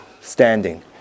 standing